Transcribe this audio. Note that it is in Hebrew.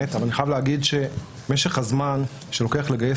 אבל אני חייב להגיד שמשך הזמן שלוקח לגייס